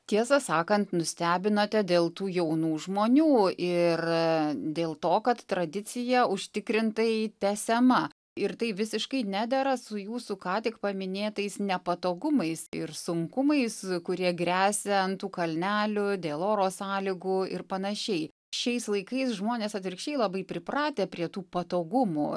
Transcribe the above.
tiesą sakant nustebinote dėl tų jaunų žmonių ir dėl to kad tradicija užtikrintai tęsiama ir tai visiškai nedera su jūsų ką tik paminėtais nepatogumais ir sunkumais kurie gresia ant tų kalnelių dėl oro sąlygų ir panašiai šiais laikais žmonės atvirkščiai labai pripratę prie tų patogumų